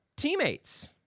Teammates